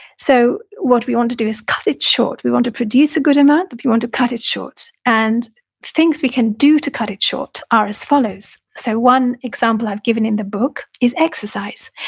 so, what we want to do is cut it short, we want to produce a good amount, we want to cut it short. and things we can do to cut it short are as follows. so one example i've given in the book is exercise.